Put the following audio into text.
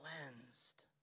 cleansed